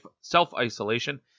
self-isolation